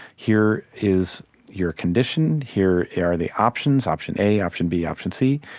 here is your condition. here are the options option a, option b, option c.